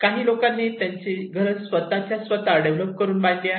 काही लोकांनी त्यांची घरं स्वतः डेव्हलप करून बांधली आहेत